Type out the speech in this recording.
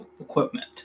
equipment